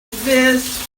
this